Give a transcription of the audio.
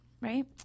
right